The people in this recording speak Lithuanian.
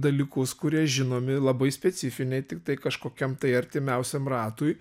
dalykus kurie žinomi labai specifiniai tiktai kažkokiam tai artimiausiam ratui